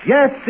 Yes